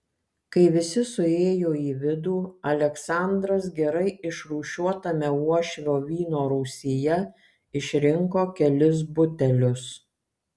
kai visi suėjo į vidų aleksandras gerai išrūšiuotame uošvio vyno rūsyje išrinko kelis butelius